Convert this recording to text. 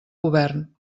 govern